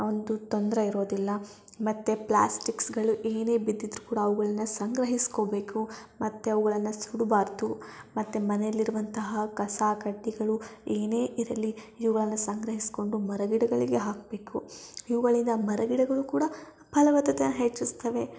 ಒಂದು ತೊಂದರೆ ಇರೋದಿಲ್ಲ ಮತ್ತು ಪ್ಲಾಸ್ಟಿಕ್ಸ್ಗಳು ಏನೇ ಬಿದ್ದಿದ್ರೂ ಕೂಡ ಅವುಗಳನ್ನ ಸಂಗ್ರಹಿಸ್ಕೊಬೇಕು ಮತ್ತು ಅವುಗಳನ್ನು ಸುಡಬಾರ್ದು ಮತ್ತು ಮನೇಲಿರುವಂತಹ ಕಸ ಕಡ್ಡಿಗಳು ಏನೇ ಇರಲಿ ಇವುಗಳನ್ನ ಸಂಗ್ರಹಿಸಿಕೊಂಡು ಮರಗಿಡಗಳಿಗೆ ಹಾಕಬೇಕು ಇವುಗಳಿಂದ ಮರಗಿಡಗಳು ಕೂಡ ಫಲವತ್ತತೆನ ಹೆಚ್ಚಿಸ್ತವೆ